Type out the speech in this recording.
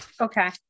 Okay